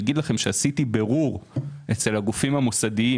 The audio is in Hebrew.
אגיד לכם שביררתי אצל הגופים המוסדיים,